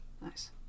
Nice